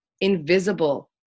invisible